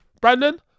Brandon